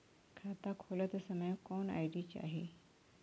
खाता खोलत समय कौन आई.डी चाही?